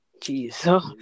Jeez